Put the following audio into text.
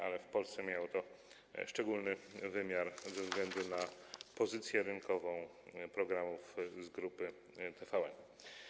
Ale w Polsce miało to szczególny wymiar ze względu na pozycję rynkową programów z grupy TVN.